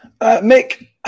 Mick